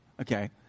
Okay